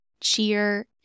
cheer